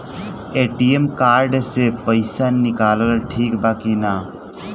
ATM card से पईसा निकालल ठीक बा की ना?